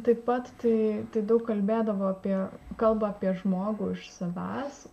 taip pat tai tai daug kalbėdavo apie kalba apie žmogų iš savęs